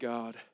God